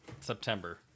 September